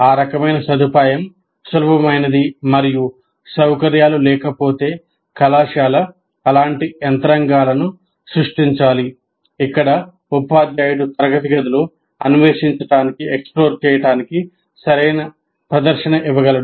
ఆ రకమైన సదుపాయం సులభమైంది మరియు సౌకర్యాలు లేకపోతే కళాశాల అలాంటి యంత్రాంగాలను సృష్టించాలి ఇక్కడ ఉపాధ్యాయుడు తరగతి గదిలో అన్వేషించడానికి సరైన ప్రదర్శన ఇవ్వగలడు